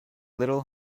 little